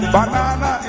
Banana